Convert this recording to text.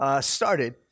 started